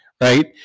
right